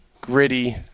gritty